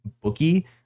bookie